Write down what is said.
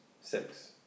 Six